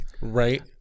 right